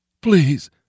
Please